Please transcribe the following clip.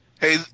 Hey